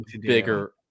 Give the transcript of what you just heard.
bigger